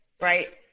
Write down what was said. right